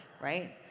right